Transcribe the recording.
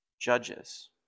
Judges